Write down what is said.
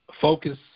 focus